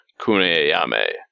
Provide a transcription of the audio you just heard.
Kuneyame